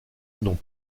n’ont